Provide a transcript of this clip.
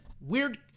weird